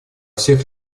всех